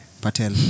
Patel